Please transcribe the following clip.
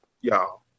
y'all